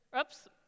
oops